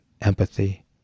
empathy